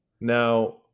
Now